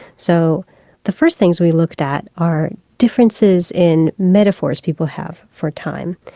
so the first things we looked at are differences in metaphors people have for time.